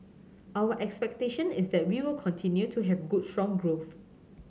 our expectation is that we w'll continue to have good strong growth